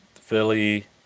Philly